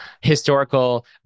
historical